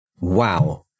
Wow